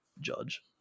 judge